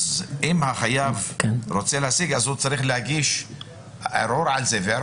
אם החייב רוצה להשיג, הוא צריך להגיש ערעור על זה.